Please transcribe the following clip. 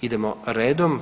Idemo redom.